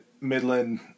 Midland